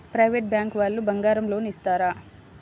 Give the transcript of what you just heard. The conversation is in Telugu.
ప్రైవేట్ బ్యాంకు వాళ్ళు బంగారం లోన్ ఇస్తారా?